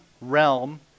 realm